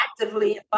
actively